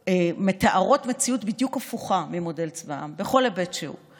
מתארות מציאות בדיוק הפוכה ממודל צבא העם בכל היבט שהוא.